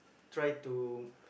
try to